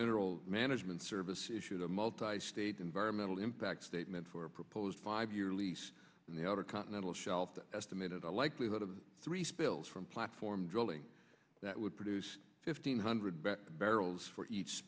mineral management service issued a multi state environmental impact statement for a proposed five year lease in the outer continental shelf estimated the likelihood of three spills from platform drilling that would produce fifteen hundred barrels for each